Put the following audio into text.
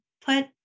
put